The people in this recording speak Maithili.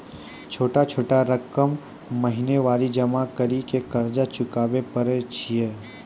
छोटा छोटा रकम महीनवारी जमा करि के कर्जा चुकाबै परए छियै?